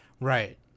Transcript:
right